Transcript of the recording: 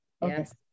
yes